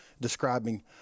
describing